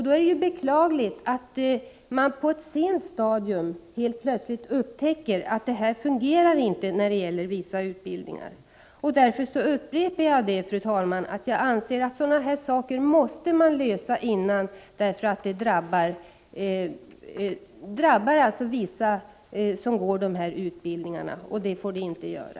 Då är det beklagligt att man på ett sent stadium helt plötsligt upptäcker att detta inte fungerar när det gäller vissa utbildningar. Därför upprepar jag, fru talman, att jag anser att man måste lösa sådana här problem i förväg. Annars drabbar problemen somliga som genomgår dessa utbildningar, och det får de inte göra.